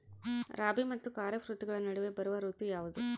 ರಾಬಿ ಮತ್ತು ಖಾರೇಫ್ ಋತುಗಳ ನಡುವೆ ಬರುವ ಋತು ಯಾವುದು?